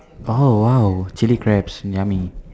oh !wow! chili crabs yummy